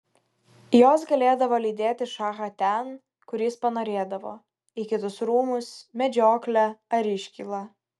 jos galėdavo lydėti šachą ten kur jis panorėdavo į kitus rūmus medžioklę ar iškylą